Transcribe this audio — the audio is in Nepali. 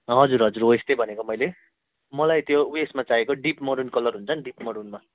हजुर हजुर हो यस्तै भनेको मैले मलाई त्यो उयसमा चाहिएको डिप मरुन कलर हुन्छ नि डिप मरुनमा